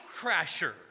crasher